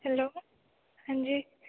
hello हाँ जी